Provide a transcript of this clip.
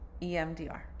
EMDR